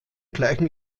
gleichen